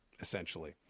essentially